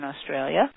Australia